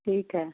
ठीक है